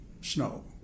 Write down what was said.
snow